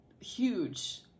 huge